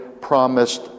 promised